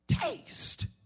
taste